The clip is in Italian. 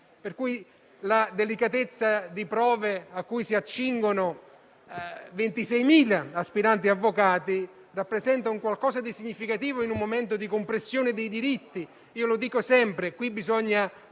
mattina. La delicatezza delle prove a cui si accingono 26.000 aspiranti avvocati rappresenta qualcosa di significativo in un momento di compressione dei diritti. Lo dico sempre: prima